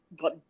got